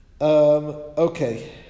Okay